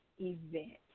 event